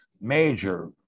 major